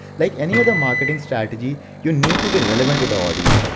like any other marketing strategy, you need to be relevant to the audience.